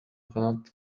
канат